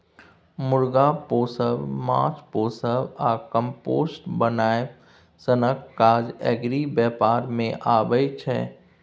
मुर्गा पोसब, माछ पोसब आ कंपोस्ट बनाएब सनक काज एग्री बेपार मे अबै छै